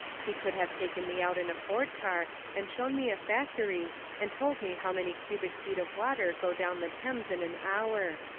he could have taken me out in a ford car and shown me a factory and told me how many cubic feet of water go down the thames in an hour.